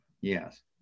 Yes